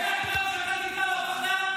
רק כסף --- על שוחד.